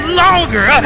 longer